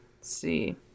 see